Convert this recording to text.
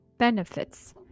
Benefits